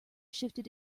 shifted